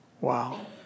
Wow